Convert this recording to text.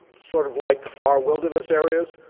sort of like our wilderness areas,